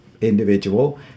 individual